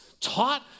Taught